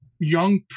young